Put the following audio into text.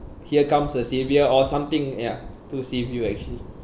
here comes a saviour or something ya to save you actually